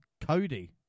Cody